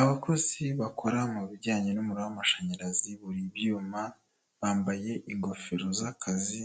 Abakozi bakora mu bijyanye n'umuriro w'amashanyarazi buriye ibyuma, bambaye ingofero z'akazi